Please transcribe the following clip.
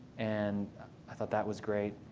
and i thought that was great.